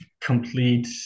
complete